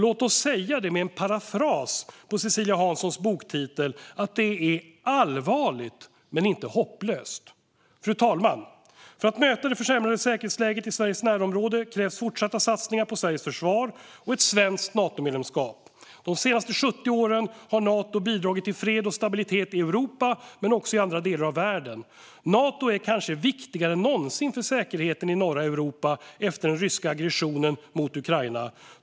Låt oss säga det med en parafras på Cecilia Hanssons boktitel: Det är allvarligt, men inte hopplöst. Fru talman! För att möta det försämrade säkerhetsläget i Sveriges närområde krävs fortsatta satsningar på Sveriges försvar och ett svenskt Natomedlemskap. De senaste 70 åren har Nato bidragit till fred och stabilitet i Europa, men också i andra delar av världen. Nato är kanske viktigare än någonsin för säkerheten i norra Europa efter den ryska aggressionen mot Ukraina.